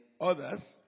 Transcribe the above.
others